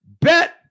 Bet